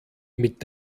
mit